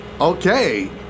Okay